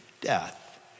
death